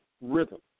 rhythm